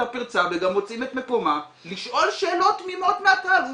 הפרצה וגם מוצאים את מקומם לשאול שאלות תמימות מהקהל,